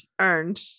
earned